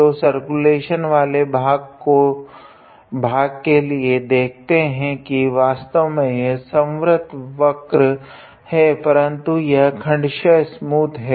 तो सर्कुलेशन वाले भाग के लिए देखते है की वास्तव में यह संवृत वक्र है परन्तु यह खंडशः स्मूथ है